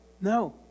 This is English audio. No